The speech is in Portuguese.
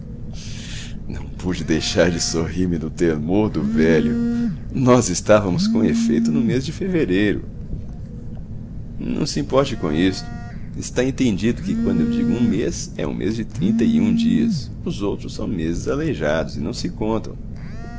não pude deixar de sorrir me do temor do velho nós estivamos com efeito no mês de fevereiro não se importe com isto está entendido que quando eu digo um mês é um mês de trinta e um dias os outros são meses aleijados e não se contam